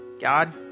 God